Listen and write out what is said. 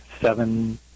seven